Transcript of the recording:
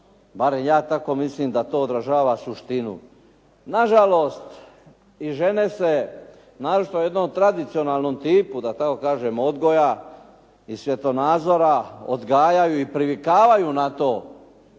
barem ja tako mislim da to odražava suštinu. Nažalost, i žene se naročito jednom tradicionalnom tipu, da tako kažem odgoja i svjetonazora odgajaju i privikavaju na to